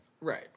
right